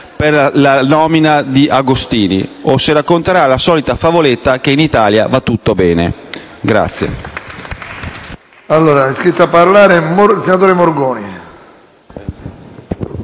per la nomina di Agostini - o se racconterà la solita favoletta per cui in Italia va tutto bene.